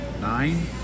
Nine